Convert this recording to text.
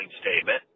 statement